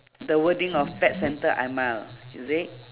the wording of pet center I mile is it